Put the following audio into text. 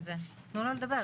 וזה לא רק פיטורים, זה הרבה מעבר